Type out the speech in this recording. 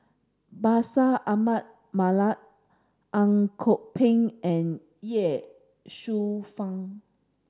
Bashir Ahmad Mallal Ang Kok Peng and Ye Shufang